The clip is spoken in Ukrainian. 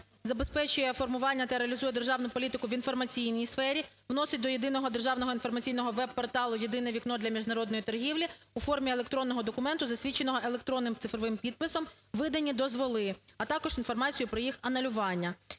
забезпечує формування та реалізує державну політику в інформаційній сфері, вносить до єдиного державного інформаційного веб-порталу "Єдине вікно для міжнародної торгівлі" у формі електронного документу, засвідченого електронним цифровим підписом, видані дозволи, а також інформацію про їх анулювання…".